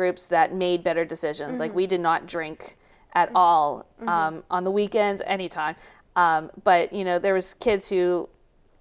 groups that made better decisions like we did not drink at all on the weekends any time but you know there was kids who